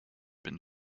been